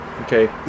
Okay